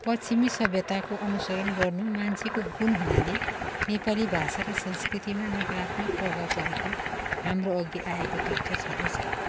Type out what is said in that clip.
पश्चिमी सभ्यताको अनुसरण गर्नु मान्छेको गुण हुनाले नेपाली भाषा र संस्कृतिमा नकरात्मक प्रभाव परेको हाम्रो अघि आएको तथ्य छँदै छ